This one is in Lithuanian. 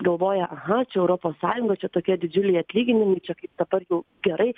galvoja aha čia europos sąjunga čia tokie didžiuliai atlyginimai čia dabar jau gerai